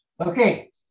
Okay